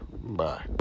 Bye